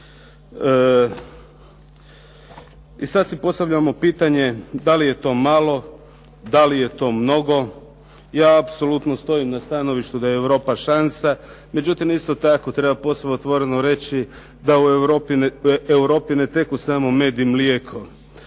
I sad si postavljamo pitanje da li je to malo, da li je to mnogo. Ja apsolutno stojim na stanovištu da je Europa šansa. Međutim, isto tako treba posve otvoreno reći da u Europi ne teku samo med i mlijeko.